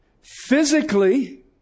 Physically